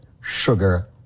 sugar